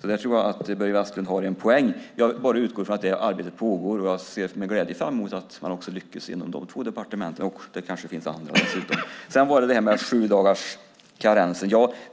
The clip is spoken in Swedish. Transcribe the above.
Där tror jag alltså att Börje Vestlund har en poäng. Jag bara utgår ifrån att detta arbete pågår, och jag ser med glädje fram emot att man också lyckas inom dessa två departement. Det kanske finns andra, dessutom. Sedan var det detta med sjudagarskarensen.